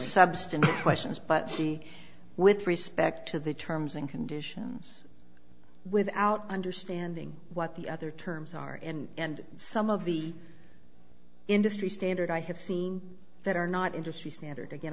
substantive questions but with respect to the terms and conditions without understanding what the other terms are and some of the industry standard i have seen that are not industry standard again